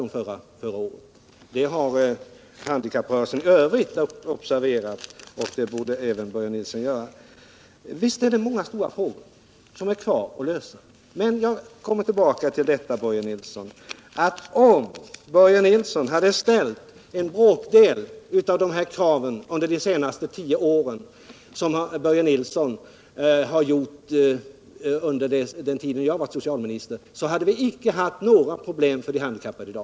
Det har handikapprörelsen i övrigt observerat, och det borde även Börje Nilsson göra. Visst återstår det många stora frågor att lösa. Men om Börje Nilsson under de senaste tio åren hade ställt en bråkdel av de krav som han ställt under den tid som jag har varit socialminister och fått dem tillgodosedda, så hade vi icke haft några problem för de handikappade i dag.